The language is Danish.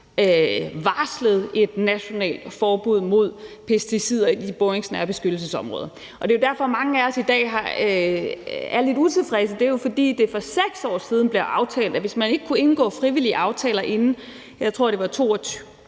varslede et nationalt forbud mod pesticider i boringsnære beskyttelsesområder. Grunden til, at mange af os i dag er lidt utilfredse, er, at det for 6 år siden blev aftalt, at hvis man ikke kunne indgå frivillige aftaler inden, jeg tror, at det var 2022